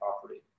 property